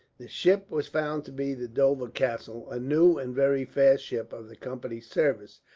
the ship was found to be the dover castle, a new and very fast ship of the company's service,